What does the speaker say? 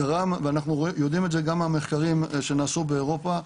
ואנחנו יודעים על זה גם מהמחקרים שנעשו באירופה,